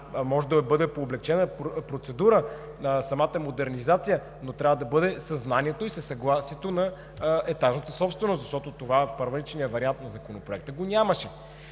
може да бъде по облекчена процедура самата модернизация, но трябва да бъде със знанието и със съгласието на етажната собственост, защото това в първичния вариант на Законопроекта го нямаше.